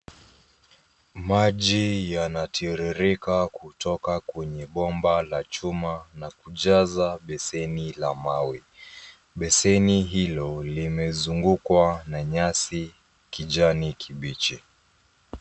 Maji yanatiririka kutoka kwenye bomba la chuma na kujaza beseni la mawe. Beseni hilo limezungukwa na nyasi kijani kibichi.